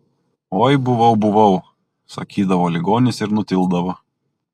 oi buvau buvau sakydavo ligonis ir nutildavo